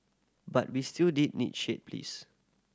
but we still did need shade please